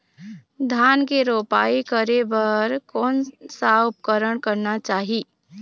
धान के रोपाई करे बर कोन सा उपकरण करना चाही?